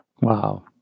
Wow